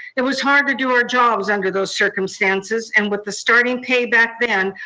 it was hard to do our jobs under those circumstances. and with the starting pay back then,